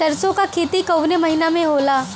सरसों का खेती कवने महीना में होला?